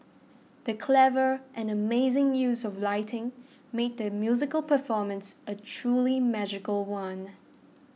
the clever and amazing use of lighting made the musical performance a truly magical one